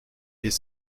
est